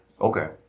Okay